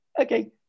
Okay